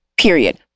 Period